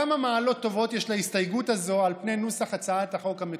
כמה מעלות טובות יש להסתייגות הזאת על פני נוסח הצעת החוק המקורית: